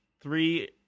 three